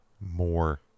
more